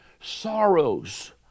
sorrows